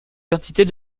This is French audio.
quantités